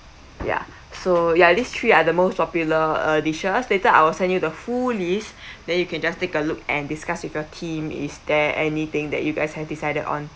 yeah so ya these three are the most popular uh dishes later I will send you the full list then you can just take a look and discuss with your team is there anything that you guys have decided on